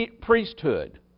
priesthood